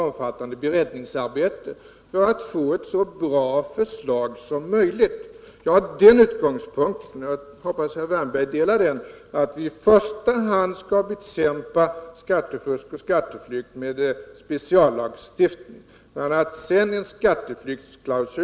Vi får aldrig driva rättssäkerhetskravet så långt att bara de som leker på lagstift ningens utkanter har rättssäkerhet, medan de som inte har tillgång till juridisk expert och som inte har rymligt samvete bara har att betala vad andra lyckas slippa undan.